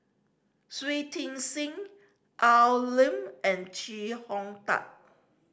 Shui Tit Sing Al Lim and Chee Hong Tat